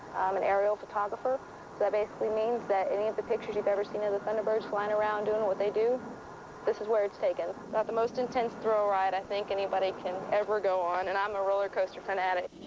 i'm an aerial photographer, so that basically means that any of the pictures you've ever seen of the thunderbirds flying around doing what they do this is where it's taken. got the most intense thrill ride i think anybody can ever go on, and i'm a roller coaster fanatic.